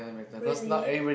really